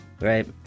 right